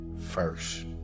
first